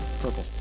Purple